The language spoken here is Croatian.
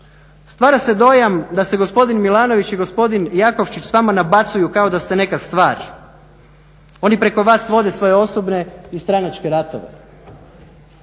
Stvara se dojam da se gospodin Milanović i gospodin Jakovčić s vama nabacuju kao da ste neka stvar. Oni preko vas vode svoje osobne i stranačke ratove.